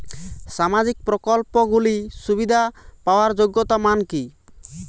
সামাজিক প্রকল্পগুলি সুবিধা পাওয়ার যোগ্যতা মান কি?